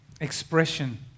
expression